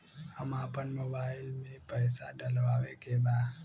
हम आपन मोबाइल में पैसा डलवावे के बा?